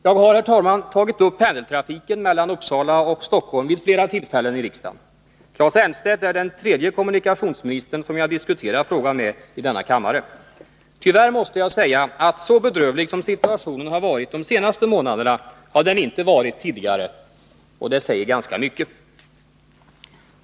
Jag har, herr talman, vid flera tillfällen i riksdagen tagit upp pendeltrafiken mellan Uppsala och Stockholm. Claes Elmstedt är den tredje kommunikationsministern som jag diskuterar frågan med i denna kammare. Tyvärr måste jag säga att så bedrövlig som situationen har varit de senaste månaderna har den inte varit tidigare, och det säger ganska mycket.